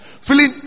feeling